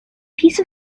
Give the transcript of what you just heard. piece